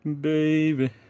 baby